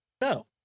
No